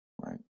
right